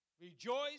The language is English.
Rejoice